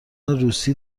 روسی